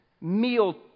meal